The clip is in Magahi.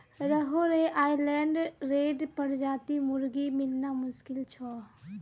रहोड़े आइलैंड रेड प्रजातिर मुर्गी मिलना मुश्किल छ